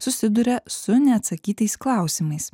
susiduria su neatsakytais klausimais